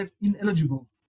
ineligible